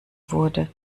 wurde